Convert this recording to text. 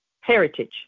heritage